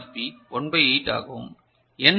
B 1 by 8 ஆகவும் n th M